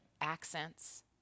accents